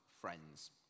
friends